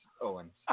Owens